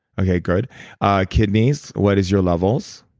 okay, good kidneys, what is your levels?